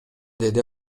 деди